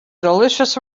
delicious